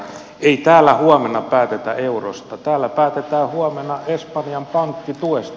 ei täällä huomenna päätetä eurosta täällä päätetään huomenna espanjan pankkituesta